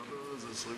יש עוד